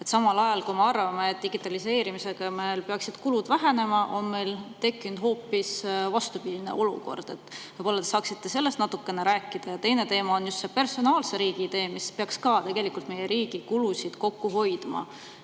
Samal ajal, kui me arvame, et tänu digitaliseerimisele peaksid kulud vähenema, on meil tekkinud hoopis vastupidine olukord. Võib-olla te saate sellest natuke rääkida? Ja teine teema on personaalse riigi tee, mis peaks ka tegelikult meie riigi kulusid kokku hoidma.